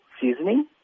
seasoning